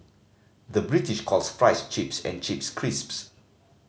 the British calls fries chips and chips crisps